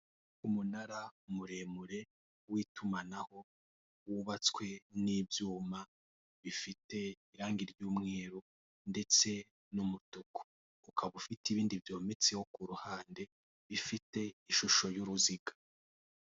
Umunara muremure w'itumanaho wubatswe n'ibyuma bifite irange ry'umweru ndetse n'umutuku ukaba ufite ibindi byometseho ku ruhande bifite ishusho y'uruziga.